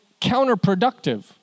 counterproductive